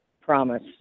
promise